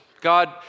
God